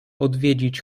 odwiedzić